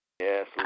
Yes